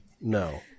No